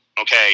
okay